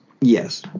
Yes